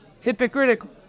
hypocritical